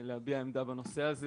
להביע עמדה בנושא הזה.